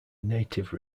native